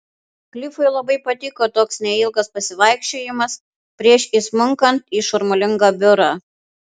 klifui labai patiko toks neilgas pasivaikščiojimas prieš įsmunkant į šurmulingą biurą